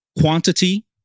quantity